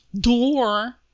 Door